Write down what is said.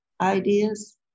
ideas